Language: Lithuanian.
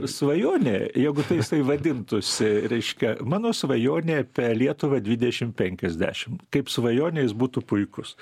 svajonė jeigu tai jisai vadintųsi reiškia mano svajonė apie lietuvą dvidešim penkiasdešim kaip svajonė jis būtų puikus